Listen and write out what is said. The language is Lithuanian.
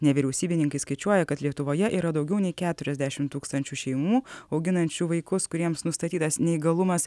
nevyriausybininkai skaičiuoja kad lietuvoje yra daugiau nei keturiasdešimt tūkstančių šeimų auginančių vaikus kuriems nustatytas neįgalumas